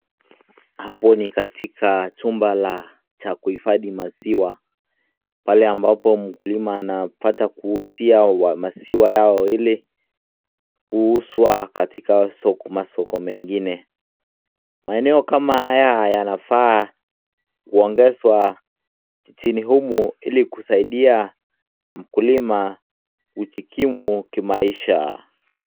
Hapo ni katika chumba la cha kuhifadhi maziwa pale ambapo mkulima anapata kuuzia maziwa yao ili kuuzwa katika masoko mengine. Maeneo kama haya yanafaa kuongezwa nchini humu ili kusaidia mkulima kujikimu kimaisha.